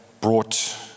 brought